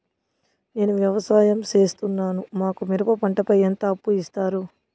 నేను వ్యవసాయం సేస్తున్నాను, మాకు మిరప పంటపై ఎంత అప్పు ఇస్తారు